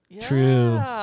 True